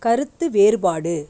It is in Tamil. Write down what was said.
கருத்து வேறுபாடு